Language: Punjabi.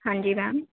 ਹਾਂਜੀ ਮੈਮ